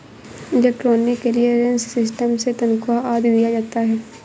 electronic clearance system से तनख्वा आदि दिया जाता है